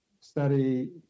study